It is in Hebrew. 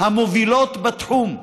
המובילות בתחום.